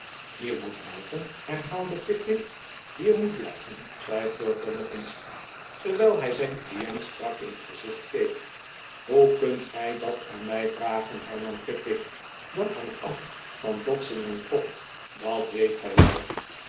hier moet blijven herhaalde pickwick hier moet blijven zei perker nog eens terwijl hij zijn client strak in het gezicht keek hoe kunt gij dat aan mij vragen hernam pickwick dat hangt af van dodson en fogg dat weet gij wel